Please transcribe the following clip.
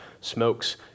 smokes